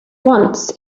once